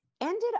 ended